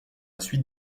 suite